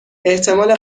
احتمال